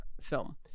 film